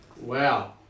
Wow